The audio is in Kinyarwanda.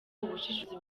ubushishozi